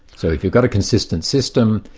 so if you've got a consistent system,